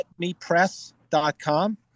getmepress.com